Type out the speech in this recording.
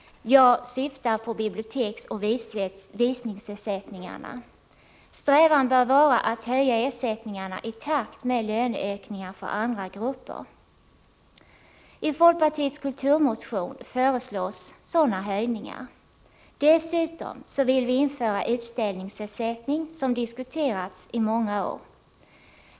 Jag syftar på biblioteksoch visningsersättningarna. Strävan bör vara att höja ersättningarna i takt med löneökningar för andra grupper. I folkpartiets kulturmotion föreslås sådana höjningar. Dessutom vill vi införa utställningsersättning, som diskuterats i många år.